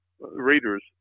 readers